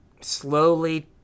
slowly